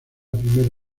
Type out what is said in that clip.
primera